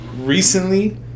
recently